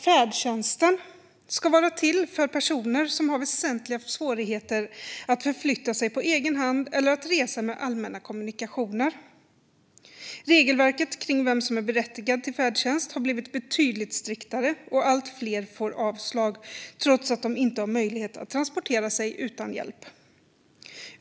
Färdtjänsten ska vara till för personer som har väsentliga svårigheter att förflytta sig på egen hand eller att resa med allmänna kommunikationer. Regelverket för vem som är berättigad till färdtjänst har blivit betydligt striktare, och allt fler får avslag trots att de inte har möjlighet att transportera sig utan hjälp.